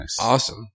Awesome